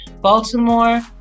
baltimore